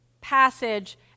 passage